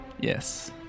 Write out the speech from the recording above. Yes